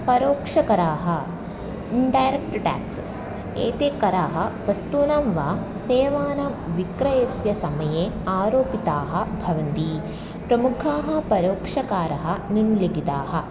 परोक्षकराः indirect taxes एते कराः वस्तूनां वा सेवानां विक्रयस्य समये आरोपिताः भवन्ति प्रमुखाः परोक्षकारः निम्लिखिताः